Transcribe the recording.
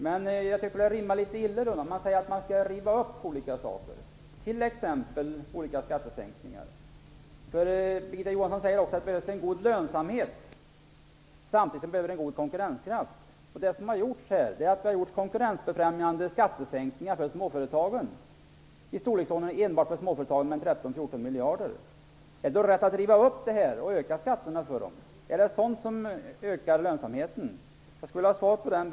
Men jag tycker att det rimmar litet illa när ni säger att ni skall riva upp olika beslut, t.ex. om skattesänkningar. Birgitta Johansson säger också att det behövs en god lönsamhet samtidigt som det behövs en god konkurrenskraft. Vi har gjort konkurrensbefrämjande skattesänkningar för småföretagen med 13-14 miljarder, och det gäller enbart småföretagen. Är det rätt att riva upp detta och öka skatterna för dem? Ökar detta lönsamheten? Jag skulle vilja ha svar på det.